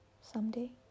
someday